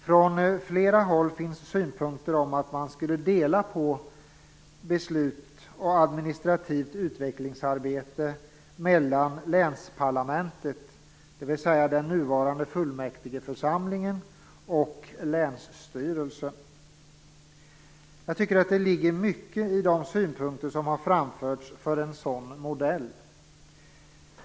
Från flera håll finns synpunkter om att man skulle dela på beslut och administrativt utvecklingsarbete mellan länsparlamentet, dvs. den nuvarande fullmäktigeförsamlingen, och länsstyrelsen. Jag tycker att det ligger mycket i de synpunkter som har framförts för en sådan modell.